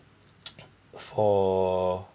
for